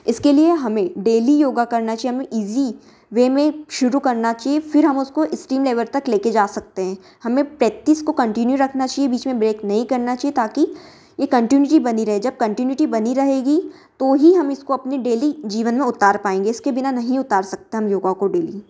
इसके लिए हमें डेली योगा करना चाहिए हमें ईज़ी वे में शुरू करना चाहिए फिर हम उसको इस्टीम लेवल तक लेके जा सकते हैं हमें प्रेक्टिस को कंटिन्यू रखना चाहिए बीच में ब्रेक नहीं करना चाहिए ताकि ये कंटिन्यूटी बनी रहे जब कंटिन्यूटी बनी रहेगी तो ही हम इसको अपने डेली जीवन में उतार पाएँगे इसके बिना नहीं उतार सकते हम योगा को डेली